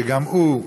שגם הוא,